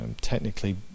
technically